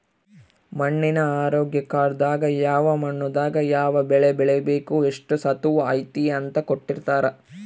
ಮಣ್ಣಿನ ಆರೋಗ್ಯ ಕಾರ್ಡ್ ದಾಗ ಯಾವ ಮಣ್ಣು ದಾಗ ಯಾವ ಬೆಳೆ ಬೆಳಿಬೆಕು ಎಷ್ಟು ಸತುವ್ ಐತಿ ಅಂತ ಕೋಟ್ಟಿರ್ತಾರಾ